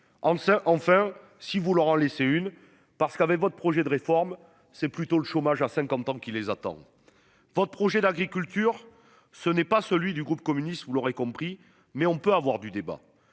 enfin si vous leur en laisser une parce qu'avec votre projet de réforme, c'est plutôt le chômage à 50 ans qui les attend votre projet d'agriculture, ce n'est pas celui du groupe communiste. Vous l'aurez compris, mais on peut avoir du débat